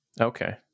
okay